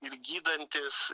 ir gydantys